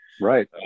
Right